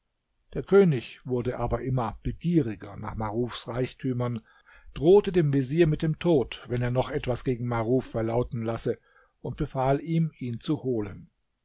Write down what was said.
der könig wurde aber immer begieriger nach marufs reichtümern drohte dem vezier mit dem tod wenn er noch etwas gegen maruf verlauten lasse und befahl ihm ihn zu holen